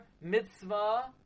mitzvah